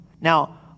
Now